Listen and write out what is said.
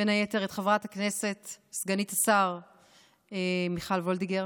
בין היתר את חברת הכנסת סגנית השר מיכל וולדיגר